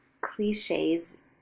Cliches